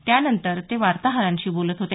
त्यानंतर ते वार्ताहरांशी बोलत होते